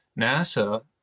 NASA